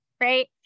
right